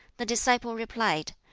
the disciple replied,